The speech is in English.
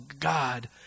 God